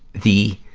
the,